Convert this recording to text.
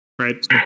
right